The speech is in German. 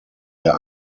der